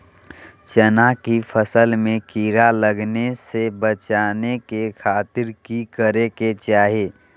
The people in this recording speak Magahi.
चना की फसल में कीड़ा लगने से बचाने के खातिर की करे के चाही?